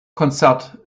konzert